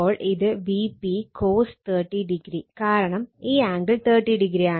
അപ്പോൾ ഇത് Vp cos 30o കാരണം ഈ ആംഗിൾ 30o ആണ്